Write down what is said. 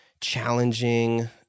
challenging